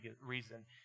reason